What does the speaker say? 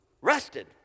rested